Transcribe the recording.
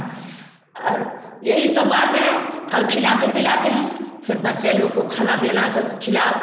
और यही सब बात है और खिलाते पिलाते हैं फिर बच्चे लोग को खाना पीना का खिलाओ